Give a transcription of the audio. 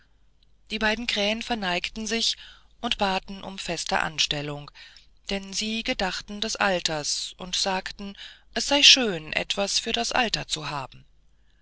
abfällt beide krähen verneigten sich und baten um feste anstellung denn sie gedachten des alters und sagten es sei schön etwas für das alter zu haben